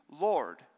Lord